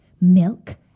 milk